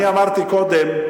אני אמרתי קודם,